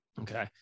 Okay